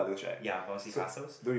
ya bouncy castle